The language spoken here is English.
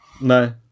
No